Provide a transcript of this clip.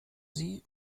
sie